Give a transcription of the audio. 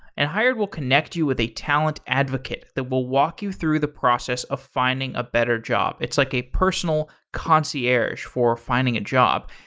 and hired will connect you with a talent advocate that will walk you through the process of finding a better job. it's like a personal concierge for finding a job.